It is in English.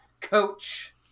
Coach